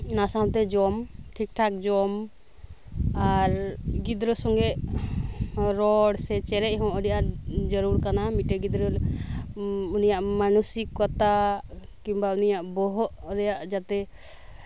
ᱚᱱᱟ ᱥᱟᱶᱛᱮ ᱡᱚᱢ ᱴᱷᱤᱠ ᱴᱷᱟᱠ ᱡᱚᱡ ᱟᱨ ᱜᱤᱫᱽᱨᱟᱹ ᱥᱚᱸᱜᱮ ᱨᱚᱲ ᱥᱮ ᱪᱮᱨᱮᱡ ᱦᱚᱸ ᱟᱰᱤ ᱟᱸᱴ ᱡᱟᱨᱩᱲ ᱠᱟᱱᱟ ᱢᱤᱫ ᱴᱮᱱ ᱩᱱᱤᱭᱟᱜ ᱢᱟᱱᱚᱥᱤᱠᱛᱟ ᱠᱤᱝᱵᱟ ᱩᱱᱤᱭᱟᱜ ᱵᱚᱦᱚᱜ ᱨᱮᱭᱟᱜ ᱡᱟᱛᱮ